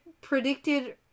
predicted